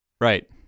Right